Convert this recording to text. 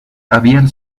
habían